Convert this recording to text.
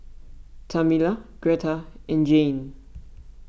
Tamela Gretta and Jayne